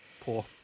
poor